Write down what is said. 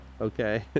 Okay